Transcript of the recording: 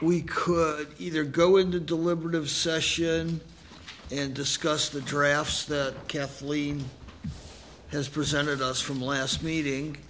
we could either go into deliberative session and discuss the drafts that kathleen has presented us from last meeting